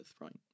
right